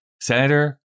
Senator